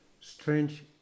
strange